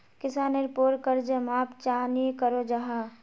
किसानेर पोर कर्ज माप चाँ नी करो जाहा?